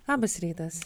labas rytas